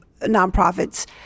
nonprofits